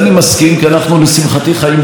כי אנחנו לשמחתי חיים בדמוקרטיה,